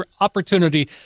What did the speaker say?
opportunity